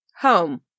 home